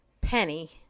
penny